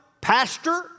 pastor